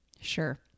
Sure